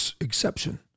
exception